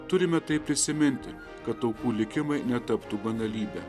turime tai prisiminti kad aukų likimai netaptų banalybe